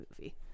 movie